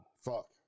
fuck